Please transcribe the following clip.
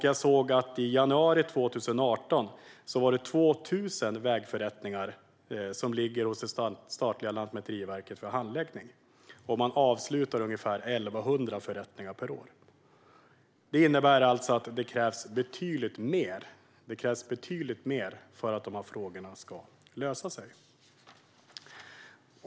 Jag såg att i januari 2018 låg 2 000 vägförrättningar hos det statliga lantmäteriverket för handläggning. Man avslutar ungefär 1 100 förrättningar per år. Det innebär alltså att det krävs betydligt mer för att de här frågorna ska lösa sig.